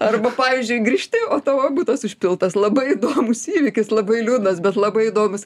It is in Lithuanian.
arba pavyzdžiui grįžti o tavo butas užpiltas labai įdomus įvykis labai liūdnas bet labai įdomus